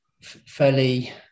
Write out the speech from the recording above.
fairly